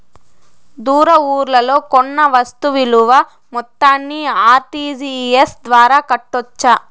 దూర ఊర్లలో కొన్న వస్తు విలువ మొత్తాన్ని ఆర్.టి.జి.ఎస్ ద్వారా కట్టొచ్చా?